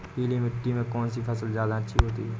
पीली मिट्टी में कौन सी फसल ज्यादा अच्छी होती है?